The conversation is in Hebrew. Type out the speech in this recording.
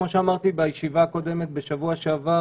כמו שאמרתי בישיבה הקודמת בשבוע שעבר,